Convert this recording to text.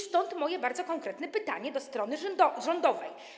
Stąd moje bardzo konkretne pytanie do strony rządowej: